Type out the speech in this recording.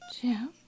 Jim